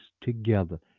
together